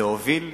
להוביל,